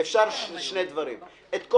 אפשר שני דברים: הם יכולים להביא את כל